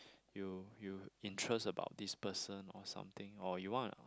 you you interest about this person or something or you wanna